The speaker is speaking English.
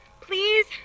Please